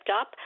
up